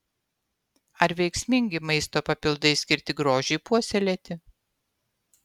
ar veiksmingi maisto papildai skirti grožiui puoselėti